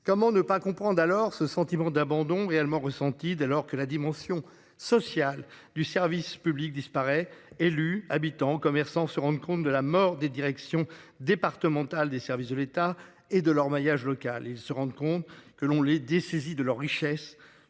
Comment ne pas comprendre alors ce sentiment d'abandon et allemand ressenti dès lors que la dimension sociale du service public disparaît. Élus, habitants, commerçants se rendent compte de la mort des directions départementales des services de l'État et de leur maillage local, ils se rendent compte que l'on les dessaisis de leur richesse